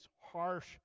harsh